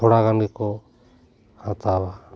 ᱛᱷᱚᱲᱟ ᱜᱟᱱ ᱜᱮᱠᱚ ᱦᱟᱛᱟᱣᱟ